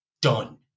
Done